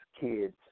Kids